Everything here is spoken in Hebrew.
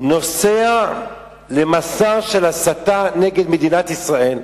נוסע למסע של הסתה נגד מדינת ישראל,